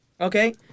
Okay